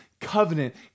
covenant